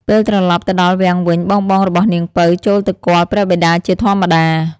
ពេលត្រឡប់ទៅដល់វាំងវិញ បងៗរបស់នាងពៅចូលទៅគាល់ព្រះបិតាជាធម្មតា ។